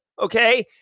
okay